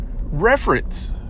reference